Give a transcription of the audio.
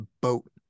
boat